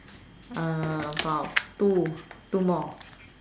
uh about two two more